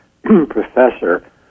professor